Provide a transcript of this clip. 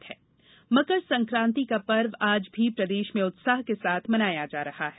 मकर संकांति मकर संक्रांति का पर्व आज भी प्रदेश में उत्साह के साथ मनाया जा रहा है